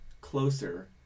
closer